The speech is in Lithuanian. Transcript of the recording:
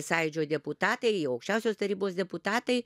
sąjūdžio deputatai aukščiausiosios tarybos deputatai